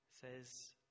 says